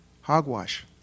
Hogwash